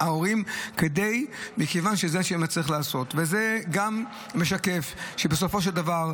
אומנם